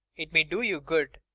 it may do you good.